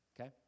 Okay